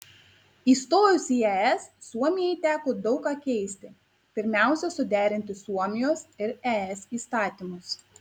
įstojus į es suomijai teko daug ką keisti pirmiausia suderinti suomijos ir es įstatymus